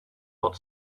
hot